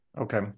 Okay